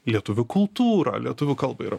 lietuvių kultūrą lietuvių kalbą yra